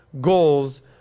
goals